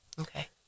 Okay